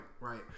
right